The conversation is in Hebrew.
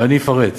ואני אפרט: